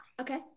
Okay